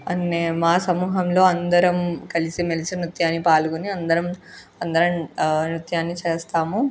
and నే మా సమూహంలో అందరం కలిసిమెలిసి నృత్యాన్ని పాల్గొని అందరం అందరం నృత్యాన్ని చేస్తాము